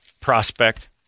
prospect